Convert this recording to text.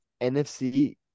NFC